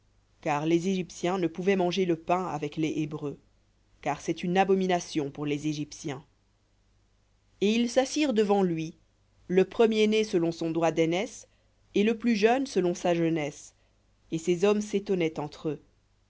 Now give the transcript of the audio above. car les égyptiens ne pouvaient manger le pain avec les hébreux car c'est une abomination pour les égyptiens et ils s'assirent devant lui le premier-né selon son droit d'aînesse et le plus jeune selon sa jeunesse et ces hommes s'étonnaient entre eux